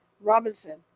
Robinson